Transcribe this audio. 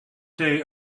day